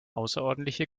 außerordentliche